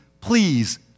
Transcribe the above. please